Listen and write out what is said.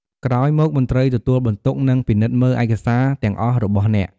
ក្រោយមកមន្ត្រីទទួលបន្ទុកនឹងពិនិត្យមើលឯកសារទាំងអស់របស់អ្នក។